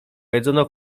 jedzono